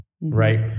right